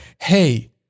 Hey